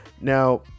Now